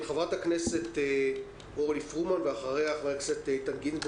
חברת הכנסת אורלי פרומן ואחריה חבר הכנסת איתן גינזבורג,